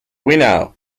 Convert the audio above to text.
winner